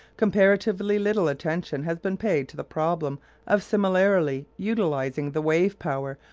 comparatively little attention has been paid to the problem of similarly utilising the wave-power,